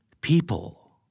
People